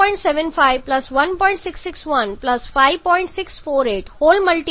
88 kPa જેટલું છે